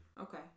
Okay